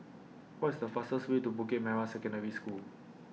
What IS The fastest Way to Bukit Merah Secondary School